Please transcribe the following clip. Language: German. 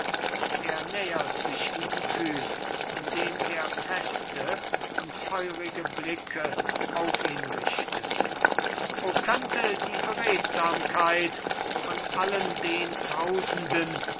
er nähert sich ihm kühn indem er feste und feurige blicke auf ihn richtet o könnte die beredsamkeit von allen den tausenden